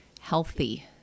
healthy